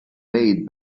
made